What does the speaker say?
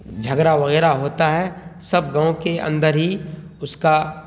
جھگرا وغیرہ ہوتا ہے سب گاؤں کے اندر ہی اس کا